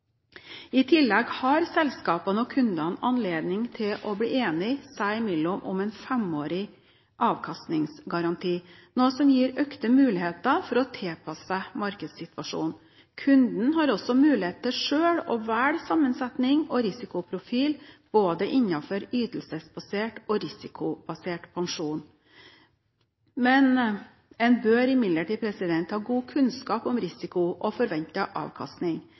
I tillegg har selskapene og kundene anledning til å bli enige seg imellom om en femårig avkastningsgaranti, noe som gir økte muligheter for å tilpasse seg markedssituasjonen. Kunden har også mulighet til selv å velge sammensetning og risikoprofil, både innenfor ytelsesbasert og risikobasert pensjon. Man bør imidlertid ha god kunnskap om risiko og forventet avkastning.